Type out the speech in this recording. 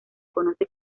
conoce